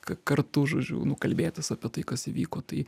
kartu žodžiu nu kalbėtis apie tai kas įvyko tai